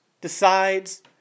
decides